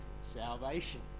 salvation